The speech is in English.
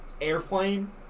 Airplane